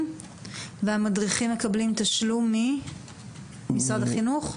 והמדריכים מקבלים תשלום ממשרד החינוך?